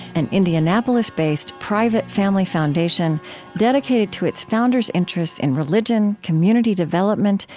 an indianapolis-based, private family foundation dedicated to its founders' interests in religion, community development,